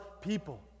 people